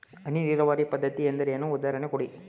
ಹನಿ ನೀರಾವರಿ ಪದ್ಧತಿ ಎಂದರೇನು, ಉದಾಹರಣೆ ಕೊಡಿ?